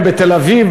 בתל-אביב,